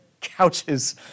couches